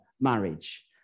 marriage